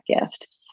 gift